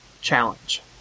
challenge